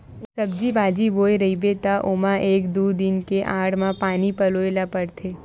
सब्जी बाजी बोए रहिबे त ओमा एक दू दिन के आड़ म पानी पलोए ल परथे